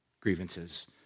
grievances